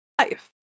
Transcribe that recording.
life